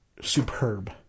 superb